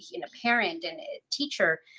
you know a parent and a teacher,